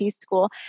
school